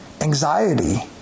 Anxiety